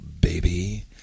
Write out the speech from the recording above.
baby